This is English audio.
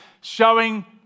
showing